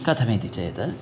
कथमिति चेत्